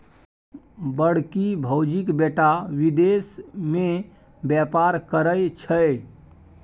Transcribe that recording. बड़की भौजीक बेटा विदेश मे बेपार करय छै